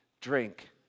drink